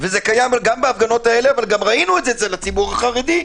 זה קיים גם בהפגנות האלה אבל גם ראינו את זה אצל הציבור החרדי,